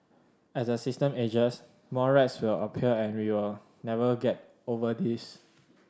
as the system ages more rats will appear and we will never get over this